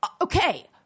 okay